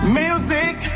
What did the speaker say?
music